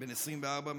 בן 24,